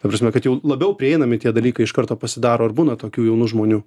ta prasme kad jau labiau prieinami tie dalykai iš karto pasidaro ar būna tokių jaunų žmonių